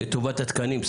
לטובת התקנים,